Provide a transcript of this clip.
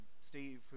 Steve